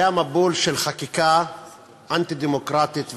היה מבול של חקיקה אנטי-דמוקרטית וגזענית.